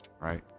right